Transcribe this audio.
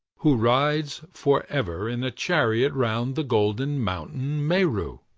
who rides for ever in a chariot round the golden mountain, meru.